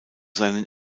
seinen